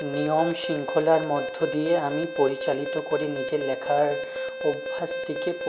নিয়ম শৃঙ্খলার মধ্য দিয়ে আমি পরিচালিত করি নিজের লেখার অভ্যাসটিকে